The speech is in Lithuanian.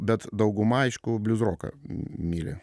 bet dauguma aišku bliuzroką myli